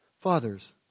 Fathers